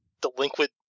delinquent